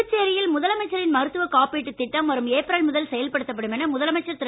புதுச்சேரியில் முதலமைச்சரின் மருத்துவக் காப்பீட்டுத் திட்டம் வரும் ஏப்ரல் முதல் செயல்படுத்தப்படும் என முதலமைச்சர் திரு